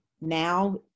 Now